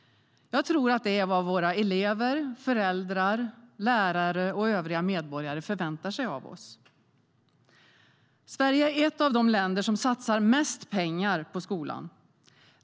Jag tror att det är vad våra elever, föräldrar, lärare och övriga medborgare förväntar sig av oss. Sverige är ett av de länder som satsar mest pengar på skolan.